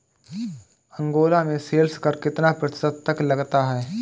Angola में sales कर कितना प्रतिशत तक लगता है?